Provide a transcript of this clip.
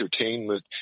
entertainment